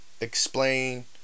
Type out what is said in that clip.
explain